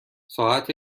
ساعت